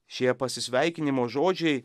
šie pasisveikinimo žodžiai